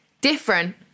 different